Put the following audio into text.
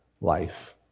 life